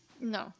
No